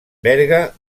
berga